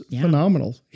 phenomenal